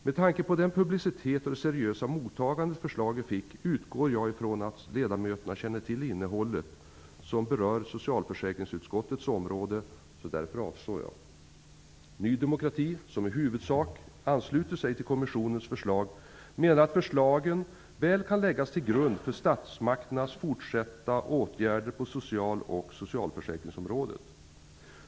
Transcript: Med tanke på den publicitet och det seriösa mottagande förslaget fick utgår jag från att ledamöterna känner till den del av innehållet som berör socialförsäkringsutskottets område och därför avstår jag. Ny demokati, som i huvudsak ansluter sig till kommissionens förslag, menar att förslagen väl kan läggas till grund för statsmakternas fortsatta åtgärder på social och socialförsäkringsområdena.